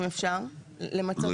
אם אפשר למצות.